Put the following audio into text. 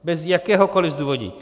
Bez jakéhokoliv zdůvodnění.